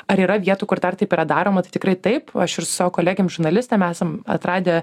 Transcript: ar yra vietų kur dar taip yra daroma tai tikrai taip aš ir su savo kolegėm žurnalistėm esam atradę